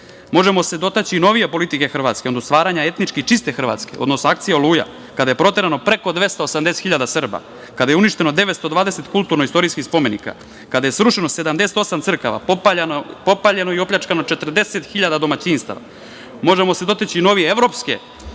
se dotaći i novije politike Hrvatske, odnosno stvaranja etnički čiste Hrvatske, odnosno akcije Oluja kada je proterano preko 280.000 Srba, kada je uništeno 920 kulturno-istorijskih spomenika, kada je srušeno 78 crkava, popaljeno i opljačkano 40.000 domaćinstava. Možemo se dotaći i novije evropske